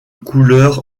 couleur